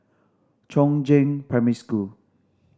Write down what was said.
Chongzheng Primary School